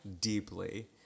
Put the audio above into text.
Deeply